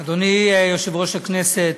אדוני יושב-ראש הכנסת,